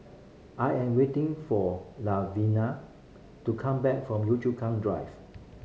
I am waiting for Lavinia to come back from Yio Chu Kang Drive